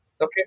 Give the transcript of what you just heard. Okay